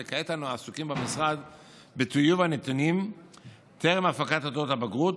וכעת אנו עסוקים במשרד בטיוב הנתונים טרם הפקת תעודות הבגרות,